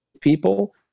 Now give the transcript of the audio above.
people